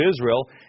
Israel